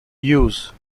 use